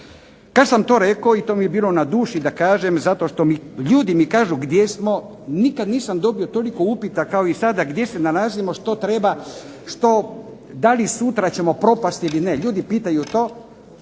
Kad sam to rekao i to mi je bilo na duši da kažem zato što ljudi mi kažu gdje smo, nikad nisam dobio toliko upita kao i sada gdje se nalazimo, što treba, da li sutra ćemo propasti ili ne, ljudi pitaju to.